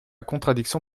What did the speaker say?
contradiction